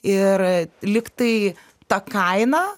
ir lyg tai ta kaina